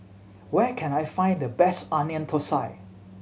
where can I find the best Onion Thosai